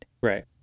right